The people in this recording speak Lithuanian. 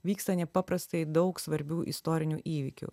vyksta nepaprastai daug svarbių istorinių įvykių